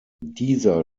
dieser